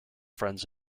friends